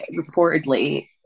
reportedly